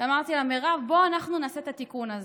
ואמרתי לה: מרב, בואו אנחנו נעשה את התיקון הזה.